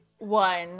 One